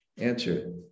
Answer